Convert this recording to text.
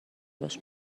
باش